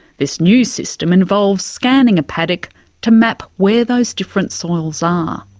this new system involves scanning a paddock to map where those different soils are.